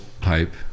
pipe